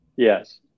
Yes